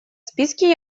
списке